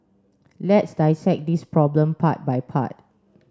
let's dissect this problem part by part